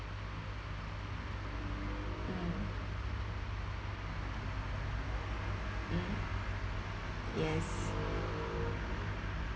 mm mm yes